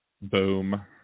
Boom